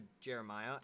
Jeremiah